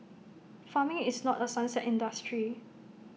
farming is not A sunset industry